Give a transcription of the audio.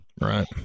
right